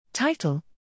Title